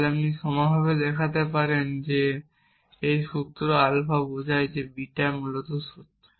তাহলে আপনি সমানভাবে দেখাতে পারেন যে এই সূত্র আলফা বোঝায় যে বিটা মূলত সত্য